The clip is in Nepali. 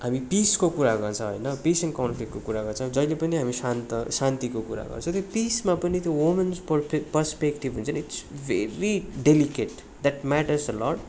हामी पिसको कुरा गर्छ होइन पिस एन्ड कन्फ्लिक्टको कुरा गर्छ अब जहिले पनि हामी शान्त शान्तिको कुरा गर्छ त्यो पिसमा पनि त्यो वुमन्स पर्सपेक्टिभ हुन्छ नि it's very delicate that matters a lot